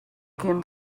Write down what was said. ken